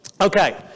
Okay